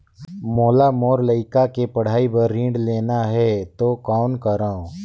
मोला मोर लइका के पढ़ाई बर ऋण लेना है तो कौन करव?